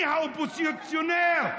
אני האופוזיציונר.